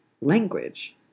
language